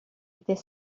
était